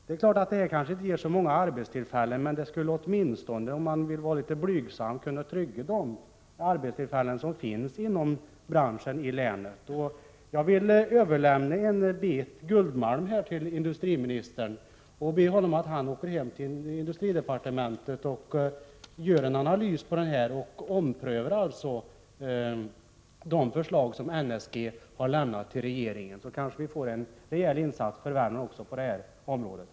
Det är klart att detta kanske inte ger så många nya arbetstillfällen, men det skulle åtminstone, om man vill vara blygsam, kunna trygga de arbetstillfällen som finns inom branschen i länet. Jag vill överlämna en bit guldmalm till industriministern och be honom att ”åka hem till industridepartementet och göra en analys av den och sedan ompröva de förslag som NSG har lämnat regeringen. Sedan kanske vi får en rejäl insats för Värmland också på det här området.